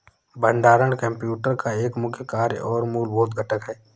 भंडारण कंप्यूटर का एक मुख्य कार्य और मूलभूत घटक है